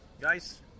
guys